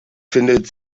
findet